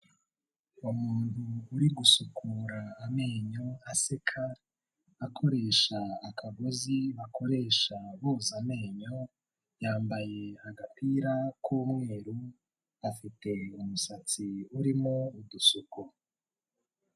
Umuntu uri gusukura amenyo aseka, akoresha akagozi bakoresha boza amenyo, yambaye agapira k'umweru, afite umusatsi urimo udusuko.